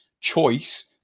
choice